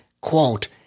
quote